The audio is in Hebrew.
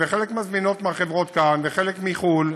וחלק מזמינות מהחברות כאן וחלק מחו"ל.